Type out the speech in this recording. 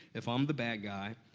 if i'm the bad guy,